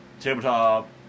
Tabletop